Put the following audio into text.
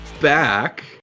back